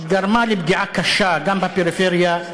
גרמה לפגיעה קשה גם בפריפריה,